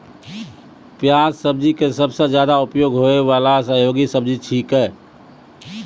प्याज सब्जी के सबसॅ ज्यादा उपयोग होय वाला सहयोगी सब्जी छेकै